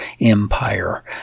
empire